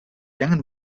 langen